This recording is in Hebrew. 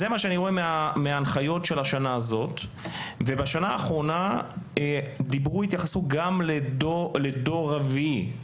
בשנה האחרונה התייחסו גם לדור רביעי.